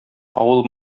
авыл